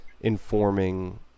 informing